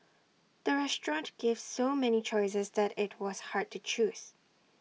the restaurant gave so many choices that IT was hard to choose